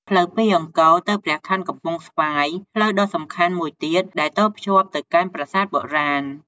ផ្លូវពីអង្គរទៅព្រះខ័នកំពង់ស្វាយ ផ្លូវដ៏សំខាន់មួយទៀតដែលតភ្ជាប់ទៅកាន់ប្រាសាទបុរាណ។